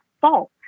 fault